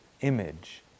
image